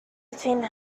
between